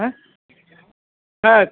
হ্যাঁ হ্যাঁ